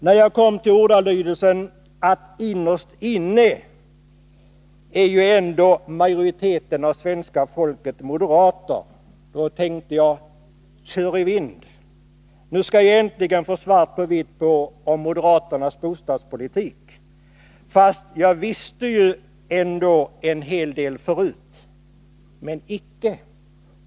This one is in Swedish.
När jag kom till ordalydelsen ”innerst inne är majoriteten av svenska folket moderater”, tänkte jag: Köri vind! Nu skall jag äntligen få svart på vitt på moderaternas bostadspolitik. Fast jag visste ju ändå en hel del förut. Men icke!